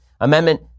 Amendment